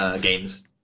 games